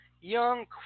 Young